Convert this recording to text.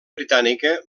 britànica